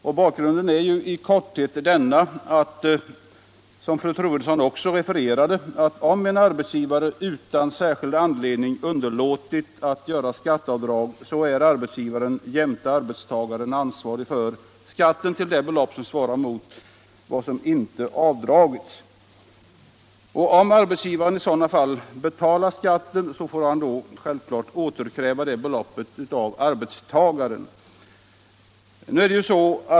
Bakgrunden är i korthet följande, som fru Troedsson också refererade. Om en arbetsgivare utan särskild anledning underlåtit att göra skatteavdrag är arbetsgivaren jämte arbetstagaren ansvarig för skatten till det belopp som svarar mot vad som inte avdragits. Om arbetsgivaren i sådant fall betalar skatten får han självfallet återkräva det beloppet av arbetstagaren.